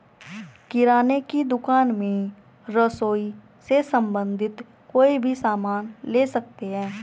किराने की दुकान में रसोई से संबंधित कोई भी सामान ले सकते हैं